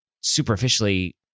superficially